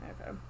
Okay